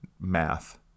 math